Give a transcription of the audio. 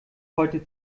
heute